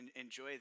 enjoy